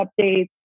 updates